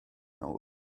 nawr